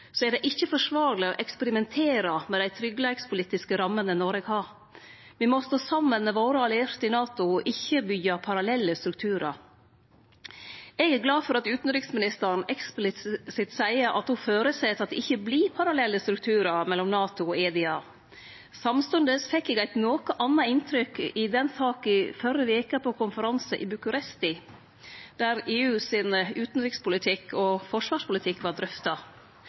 er det ikkje forsvarleg å eksperimentere med dei tryggleikspolitiske rammene Noreg har. Me må stå saman med våre allierte i NATO og ikkje byggje parallelle strukturar. Eg er glad for at utanriksministeren eksplisitt seier at ho føreset at det ikkje vert parallelle strukturar mellom NATO og EDA. Samstundes fekk eg eit noko anna inntrykk i den saka i førre veke på ein konferanse i Bucuresti, der EUs utanrikspolitikk og forsvarspolitikk vart drøfta.